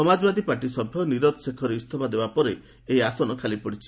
Samajwadi party ସଭ୍ୟ ନିରଜ ଶେଖର ଇସ୍ତଫା ଦେବା ପରେ ଏହି ଆସନ ଖାଲିପଡ଼ିଛି